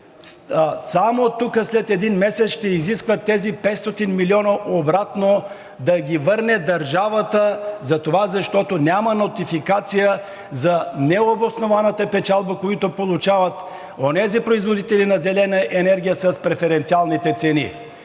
само след един месец ще изиска тези 500 милиона обратно да ги върне държавата, защото няма нотификация за необоснованата печалба, която получават онези производители на зелена енергия с преференциалните цени.